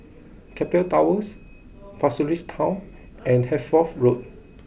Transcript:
Keppel Towers Pasir Ris Town and Hertford Road